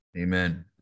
Amen